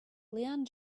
leanne